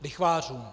Lichvářům.